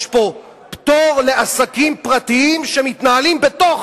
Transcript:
יש פה פטור לעסקים פרטיים שמתנהלים בתוך